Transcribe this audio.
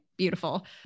Beautiful